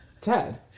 Ted